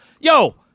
yo